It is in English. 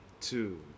two